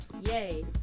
Yay